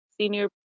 Senior